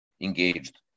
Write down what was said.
engaged